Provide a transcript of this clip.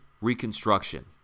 Reconstruction